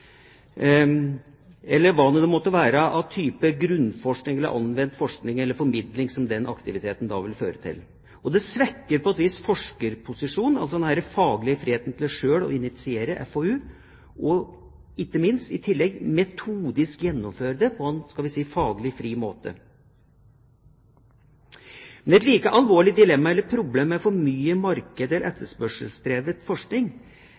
aktiviteten da vil føre til. Det svekker på et vis forskerposisjonen, altså den faglige friheten til selv å initiere FoU, og – ikke minst – metodisk å gjennomføre det på en faglig fri måte. Et like alvorlig dilemma eller problem med for mye markeds- eller etterspørselsdrevet forskning